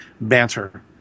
banter